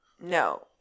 No